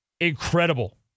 incredible